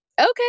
okay